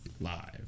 live